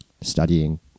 studying